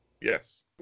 Yes